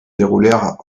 déroulèrent